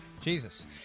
Jesus